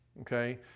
Okay